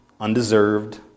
undeserved